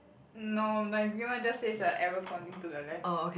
no my green one just says a arrow pointing to the left